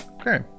Okay